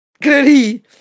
Clearly